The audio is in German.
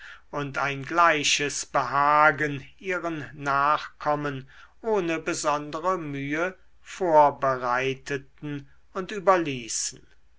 und ein gleiches behagen ihren nachkommen ohne besondere mühe vorbereiteten und überließen